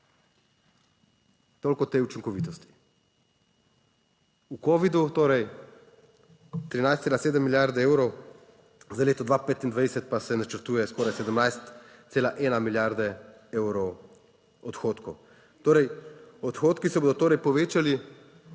Toliko o tej učinkovitosti. V covidu, torej 13,7 milijarde evrov, za leto 2025 pa se načrtuje skoraj 17,1 milijarde evrov odhodkov. Torej, odhodki se bodo torej povečali